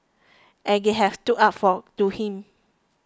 and they have stood up for to him